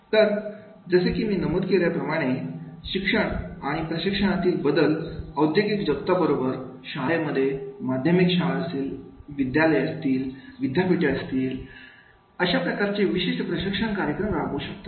तर जसे की मी नमूद केल्याप्रमाणे शिक्षण आणि प्रशिक्षणातील बदल औद्योगिक जगता बरोबर शाळेमध्ये माध्यमिक शाळा महाविद्यालय विद्यापीठे अशा प्रकारचे विशिष्ट प्रशिक्षण कार्यक्रम राबवू शकतात